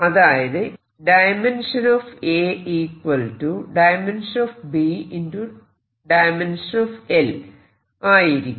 അതായത് A B L ആയിരിക്കും